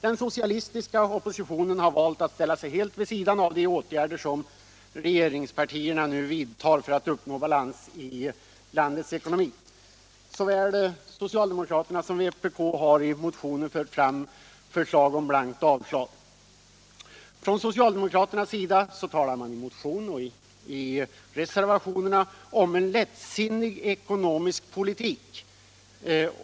Den socialistiska oppositionen har valt att ställa sig helt vid sidan av de åtgärder som regeringspartierna nu vidtar för att uppnå balans i landets ekonomi. Såväl socialdemokraterna som vpk har i motioner fört fram förslag om blankt avslag. Socialdemokraterna talar i motion och i reservation om en lättsinnig ekonomisk politik.